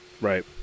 Right